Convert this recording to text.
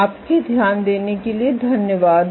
आपके ध्यान देने के लिए धन्यवाद